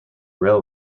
rail